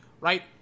right